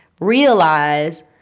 realize